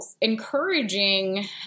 encouraging